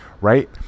Right